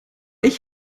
ich